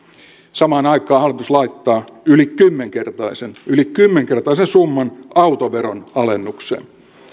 samaan aikaan hallitus laittaa yli kymmenkertaisen yli kymmenkertaisen summan autoveron alennukseen